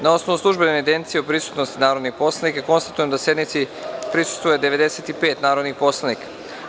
Na osnovu službene evidencije o prisutnosti narodnih poslanika, konstatujem da sednici prisustvuje 95 narodnih poslanika.